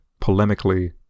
polemically